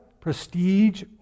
prestige